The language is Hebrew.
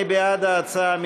מי בעד ההצעה?